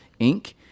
Inc